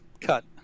cut